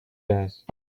does